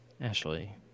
Ashley